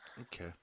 Okay